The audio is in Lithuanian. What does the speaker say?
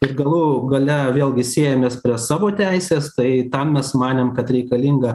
ir galų gale vėlgi siejamės prie savo teisės tai tam mes manėm kad reikalinga